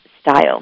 style